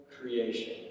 creation